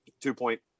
Two-point